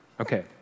Okay